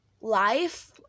life